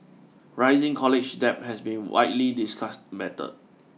rising college debt has been widely discussed mattered